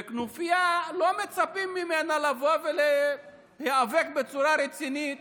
וכנופיה, לא מצפים ממנה לבוא ולהיאבק בצורה רצינית